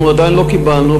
אנחנו עדיין לא קיבלנו,